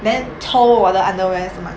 then 偷我的 underwear 是 mah